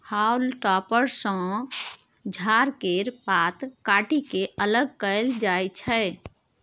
हाउल टॉपर सँ झाड़ केर पात काटि के अलग कएल जाई छै